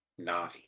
navi